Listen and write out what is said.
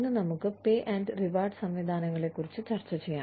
ഇന്ന് നമുക്ക് pay and reward സംവിധാനങ്ങളെക്കുറിച്ച് ചർച്ച ചെയ്യാം